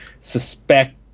suspect